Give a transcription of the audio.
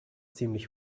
ziemlich